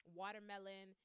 watermelon